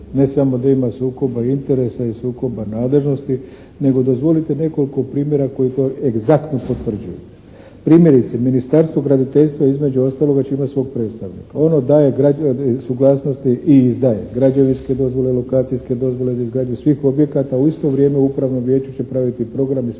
ne samo da ima sukoba interesa i sukoba nadležnosti nego da dozvolite nekoliko primjera koji to egzaktno potvrđuju. Primjerice Ministarstvo graditeljstva između ostaloga će imati svog predstavnika. Ono daje suglasnosti i izdaje građevinske dozvole, lokacijske dozvole za izgradnju svih objekata. U isto vrijeme u Upravnom vijeću će praviti program i sve